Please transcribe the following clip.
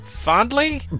Fondly